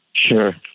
Sure